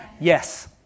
yes